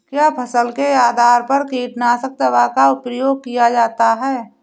क्या फसल के आधार पर कीटनाशक दवा का प्रयोग किया जाता है?